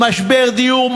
משבר דיור,